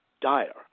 dire